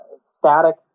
static